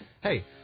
hey